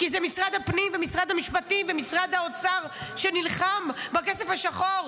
כי זה משרד הפנים ומשרד המשפטים ומשרד האוצר שנלחם בכסף השחור.